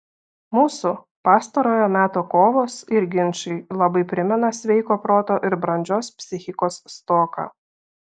mūsų pastarojo meto kovos ir ginčai labai primena sveiko proto ir brandžios psichikos stoką